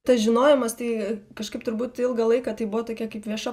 tas žinojimas tai kažkaip turbūt ilgą laiką tai buvo tokia kaip vieša